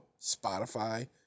Spotify